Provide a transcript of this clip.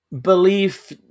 belief